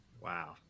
wow